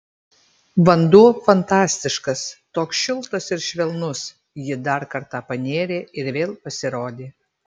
vanduo fantastiškas toks šiltas ir švelnus ji dar kartą panėrė ir vėl pasirodė